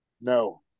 No